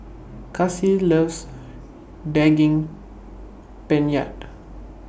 Kassie loves Daging Penyet